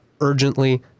urgently